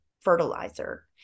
fertilizer